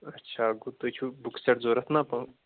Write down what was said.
اچھا گوٚو تُہۍ چھِو بُک سیٹ ضروٗرت نا تہٕ